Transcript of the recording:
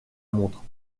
montre